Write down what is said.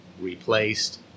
replaced